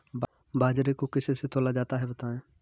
बाजरे को किससे तौला जाता है बताएँ?